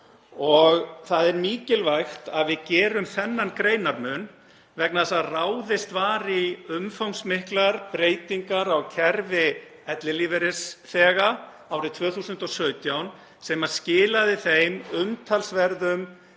Það er mikilvægt að við gerum þennan greinarmun vegna þess að ráðist var í umfangsmiklar breytingar á kerfi ellilífeyrisþega árið 2017 sem skilaði þeim umtalsverðum